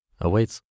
awaits